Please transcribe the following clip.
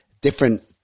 Different